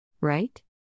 Right